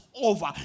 over